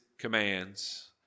commands